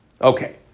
Okay